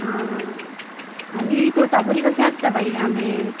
आं आनी तोतापुरी कशे आसता भाई आंबे